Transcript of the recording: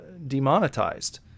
demonetized